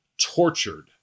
tortured